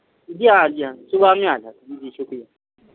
جی ہاں جی ہاں صُبح میں آ جاتا ہوں جی شُکریہ